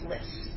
lists